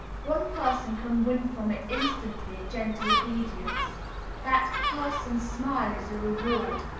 one person can win from it instantly a gentle obedience that person's smile is a reward,